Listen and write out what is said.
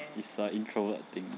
is a introvert thing